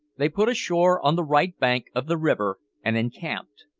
they put ashore on the right bank of the river and encamped.